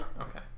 Okay